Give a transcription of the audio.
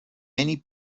many